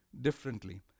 differently